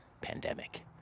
pandemic